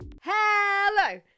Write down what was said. Hello